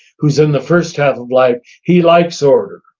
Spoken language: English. who's in the first half of life, he likes order.